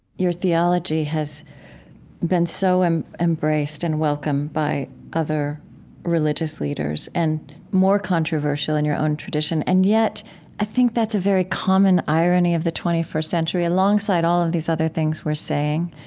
your theology has been so embraced and welcomed by other religious leaders and more controversial in your own tradition, and yet i think that's a very common irony of the twenty first century alongside all of these other things we're saying.